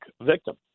victim